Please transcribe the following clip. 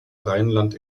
rheinland